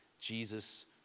Jesus